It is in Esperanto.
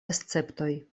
esceptoj